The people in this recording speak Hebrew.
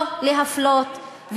ולא להפלות,